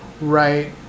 Right